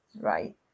Right